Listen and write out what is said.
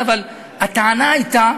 אבל הטענה הייתה